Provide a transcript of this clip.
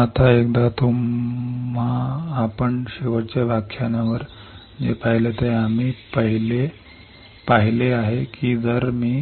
आता एकदा तुम्हाला हे कळले की आपण पटकन लिथोग्राफीचा विभाग पाहू काल आपण शेवटच्या व्याख्यानात जे पाहिले ते आम्ही पाहिले आहे की जर मी